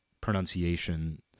pronunciation